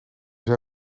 zijn